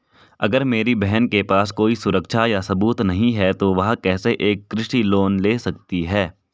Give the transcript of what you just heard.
अगर मेरी बहन के पास कोई सुरक्षा या सबूत नहीं है, तो वह कैसे एक कृषि लोन ले सकती है?